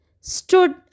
stood